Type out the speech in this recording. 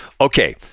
Okay